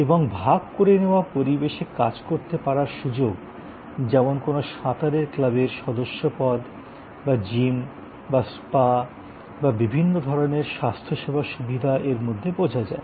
এবং ভাগ করে নেওয়া পরিবেশে কাজ করতে পারার সুযোগ যেমন কোনো সাঁতারের ক্লাবের সদস্যপদ বা জিম বা স্পা বা বিভিন্ন ধরণের স্বাস্থ্যসেবা সুবিধা এর মধ্যে বোঝা যায়